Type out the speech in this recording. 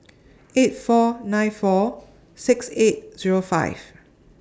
eight four nine four six eight Zero five